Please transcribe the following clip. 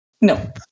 No